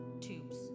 tubes